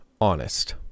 honest